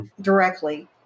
directly